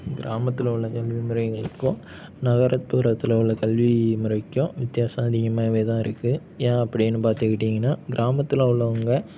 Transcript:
கிராமத்தில் உள்ள கல்வி முறைகளுக்கும் நகரப்புறத்தில் உள்ள கல்வி முறைக்கும் வித்தியாசம் அதிகமாகவேதான் இருக்குது ஏன் அப்படினு பார்த்துக்கிட்டீங்கனா கிராமத்தில் உள்ளவங்க